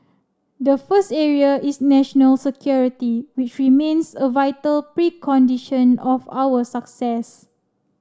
the first area is national security which remains a vital precondition of our success